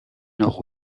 nord